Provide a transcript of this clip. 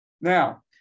Now